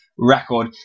Record